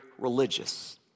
religious